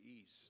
east